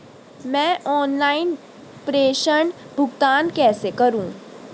मैं ऑनलाइन प्रेषण भुगतान कैसे करूँ?